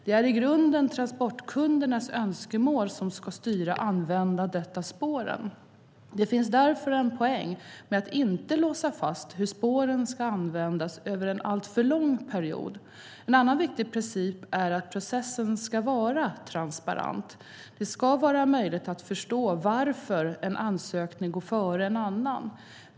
Det är i grunden transportkundernas önskemål som ska styra användandet av spåren. Det finns därför en poäng med att inte låsa fast hur spåren ska användas över en alltför lång period. En annan viktig princip är att processen ska vara transparent. Det ska vara möjligt att förstå varför en ansökning går före en annan.